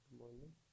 morning